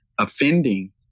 offending